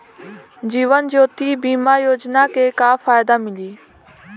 जीवन ज्योति बीमा योजना के का फायदा मिली?